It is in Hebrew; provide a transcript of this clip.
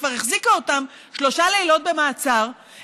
שכבר החזיקה אותם שלושה לילות במעצר,